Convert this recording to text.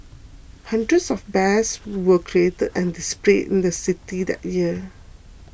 hundreds of bears were created and displayed in the city that year